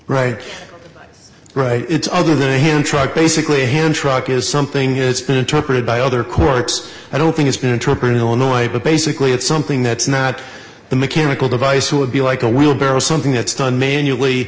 right right it's other than a hand truck basically a hand truck is something it's been interpreted by other courts i don't think it's been interpreted illinois but basically it's something that's not the mechanical device would be like a wheelbarrow something that's done manually